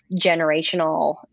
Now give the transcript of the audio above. generational